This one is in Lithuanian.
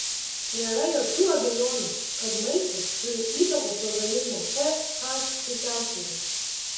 nėra jokių abejonių kad maistas turi įtakos organizmo ph pusiausvyrai